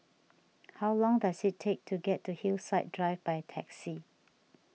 how long does it take to get to Hillside Drive by taxi